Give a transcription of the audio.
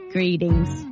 Greetings